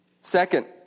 Second